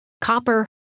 copper